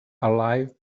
alive